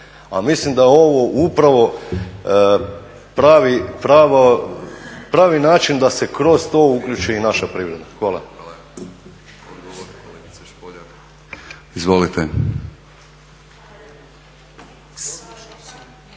mislim da je ovo upravo pravi način da se kroz to uključi i naša privreda. Hvala. **Batinić,